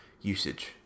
usage